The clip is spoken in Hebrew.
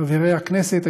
חברי הכנסת,